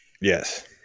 Yes